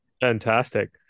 Fantastic